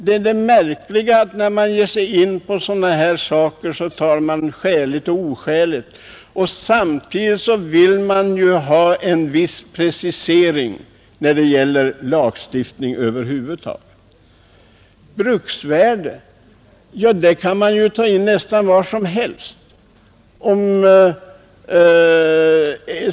Det är märkligt att man ger sig in på att tala om sådana saker som skäligt och oskäligt, men samtidigt vill man ha en precisering när det gäller lagstiftningen över huvud taget. I bruksvärdet kan man lägga in nästan vad som helst.